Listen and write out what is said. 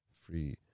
Free